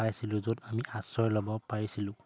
পাইছিলোঁ য'ত আমি আশ্ৰয় ল'ব পাৰিছিলোঁ